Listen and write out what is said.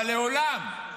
אבל לעולם,